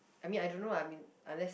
I mean I don't know lah I mean unless